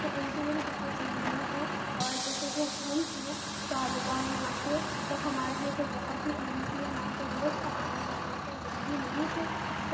تو ان کے لیے بھی بہت ضروری ہے اور جیسے کہ ہم ہیں طالبہ یہاں کے تو ہمارے لیے تو بہت ہی اہم ہے کہ ہمارا تو روز کا آنا جانا ہوتا ہے ضروری نہیں کہ